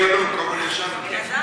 כל הזמן ישנוּ.